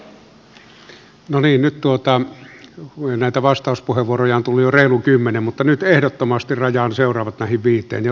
näitä vastauspuheenvuoroja on tullut jo reilut kymmenen mutta nyt ehdottomasti rajaan seuraavat näihin viiteen ja luettelen ne nyt